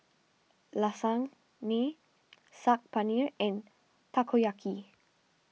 Lasagne Saag Paneer and Takoyaki